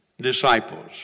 disciples